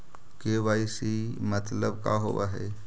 KYC मतलब का होव हइ?